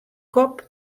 kop